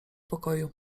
pokoju